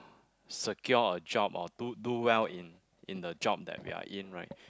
secure a job or do do well in in the job that we are in right